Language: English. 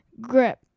grip